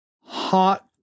hot